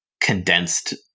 condensed